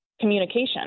communication